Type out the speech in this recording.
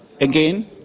Again